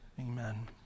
amen